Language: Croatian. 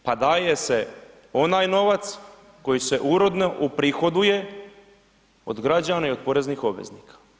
Pa daje se onaj novac koji se uredno uprihoduje od građana i od poreznih obveznika.